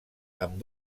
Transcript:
amb